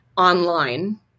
Online